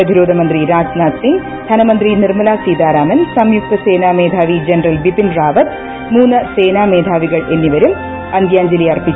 പ്രതിരോധമന്ത്രി രാജ്നാഥ് സിംഗ് ധനമന്ത്രി നിർമലസീതാരാ മൻ സംയുക്തസേനാമേധാവി ജനറൽ ബിപിൻ റാവത്ത് മൂന്ന് സേനാ മേധാവികൾ എന്നിവരും അന്ത്യാഞ്ജലി അർപ്പിച്ചു